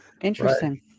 Interesting